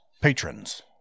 Patrons